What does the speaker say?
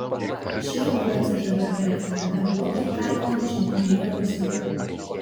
šie buvę cžv ir ftb darbuotojai kaltinami šnipinėję rusijai